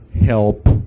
help